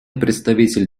представитель